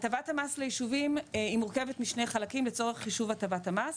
הטבת המס לישובים מורכבת משני חלקים לצורך חישוב הטבת המס.